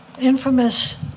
infamous